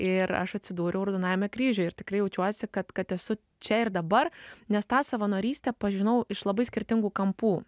ir aš atsidūriau raudonajame kryžiuje ir tikrai jaučiuosi kad kad esu čia ir dabar nes tą savanorystę pažinau iš labai skirtingų kampų